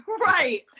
Right